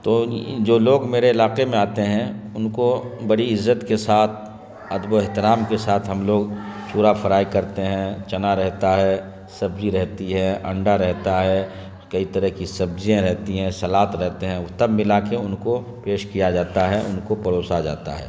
تو جو لوگ میرے علاقے میں آتے ہیں ان کو بڑی عزت کے ساتھ ادب و احترام کے ساتھ ہم لوگ چورا فرائی کرتے ہیں چنا رہتا ہے سبزی رہتی ہے انڈا رہتا ہے کئی طرح کی سبزیاں رہتی ہیں سلاد رہتے ہیں وہ تب ملا کے ان کو پیش کیا جاتا ہے ان کو پروسا جاتا ہے